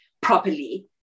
properly